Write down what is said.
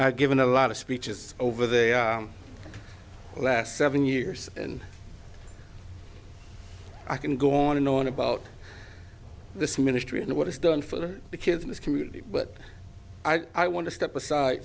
i've given a lot of speeches over the last seven years and i can go on and on about this ministry and what it's done for the kids in this community but i want to step aside